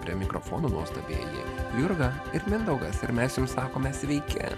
prie mikrofono nuostabieji jurga ir mindaugas ar mes jums sakome sveiki